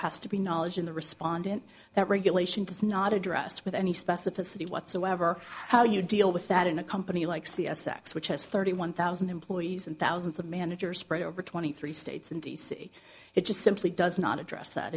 has to be knowledge in the respondent that regulation does not address with any specificity whatsoever how do you deal with that in a company like c s x which has thirty one thousand employees and thousands of managers spread over twenty three states and d c it just simply does not address that